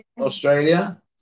Australia